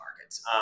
markets